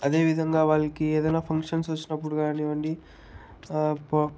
అదే విధంగా వాళ్ళకి ఏదైనా ఫంక్షన్స్ వచ్చినప్పుడు కానివ్వండి